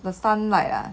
the sunlight ah